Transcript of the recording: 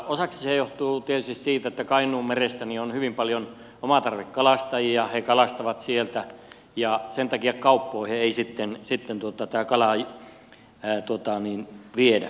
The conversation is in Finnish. osaksi se johtuu tietysti siitä että kainuun merellä on hyvin paljon omatarvekalastajia he kalastavat sieltä ja sen takia kauppoihin ei sitten tuto takala ja ne tuottaa kalaa viedä